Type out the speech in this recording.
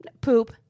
Poop